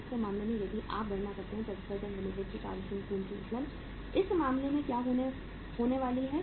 दूसरे मामले में यदि आप गणना करते हैं तो XYZ लिमिटेड की कार्यशील पूंजी उत्तोलन इस मामले में क्या होने वाला है